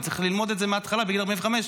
אני צריך ללמוד מההתחלה בגיל 45,